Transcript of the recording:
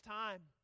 time